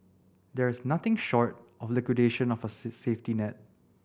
there is nothing short of liquidation of a safety net